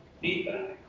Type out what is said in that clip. feedback